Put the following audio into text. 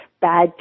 bad